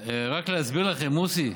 רק להסביר לכם, מוסי,